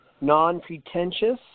non-pretentious